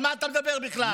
על מה אתה מדבר בכלל?